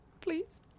please